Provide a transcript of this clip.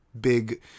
big